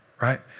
Right